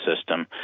system